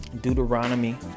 Deuteronomy